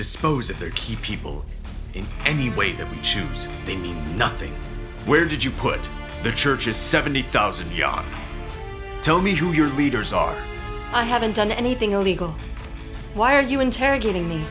dispose of their key people in any way that we choose they need nothing where did you put the churches seventy thousand ya tell me who your leaders are i haven't done anything illegal why are you interrogating